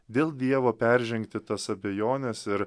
dėl dievo peržengti tas abejones ir